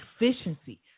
efficiency